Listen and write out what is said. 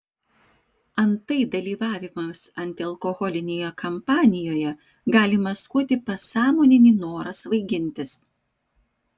antai dalyvavimas antialkoholinėje kampanijoje gali maskuoti pasąmoninį norą svaigintis